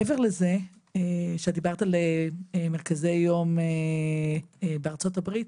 מעבר לזה שדיברת על מרכזי יום בארצות הברית,